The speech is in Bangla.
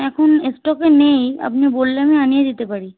এখন স্টকে নেই আপনি বললে আমি আনিয়ে দিতে পারি